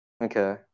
okay